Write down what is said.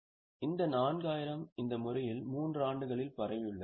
இப்போது இந்த 4000 இந்த முறையில் மூன்று ஆண்டுகளில் பரவியுள்ளது